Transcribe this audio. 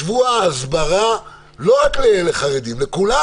שבוע הסברה לא רק לחרדים, לכולם